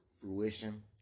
fruition